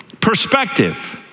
perspective